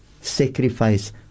Sacrifice